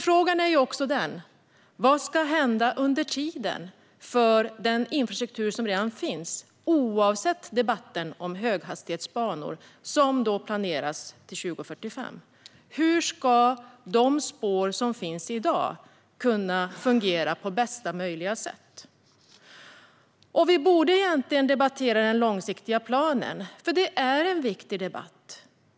Frågan är ju nämligen också vad som ska hända under tiden med den infrastruktur som redan finns, oavsett debatten om höghastighetsbanor som planeras till 2045. Hur ska de spår som finns i dag kunna fungera på bästa möjliga sätt? Vi borde egentligen debattera den långsiktiga planen, för det är en viktig debatt.